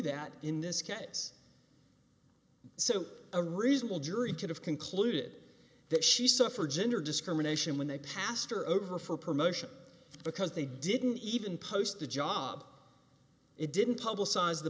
that in this case so a reasonable jury could have concluded that she suffered gender discrimination when they passed her over for promotion because they didn't even post the job it didn't publicize the